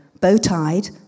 bow-tied